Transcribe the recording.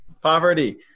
poverty